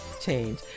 change